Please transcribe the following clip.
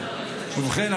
הוא כוהן צדק.